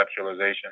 conceptualization